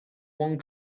one